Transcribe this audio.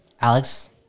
Alex